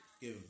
give